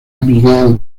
abigail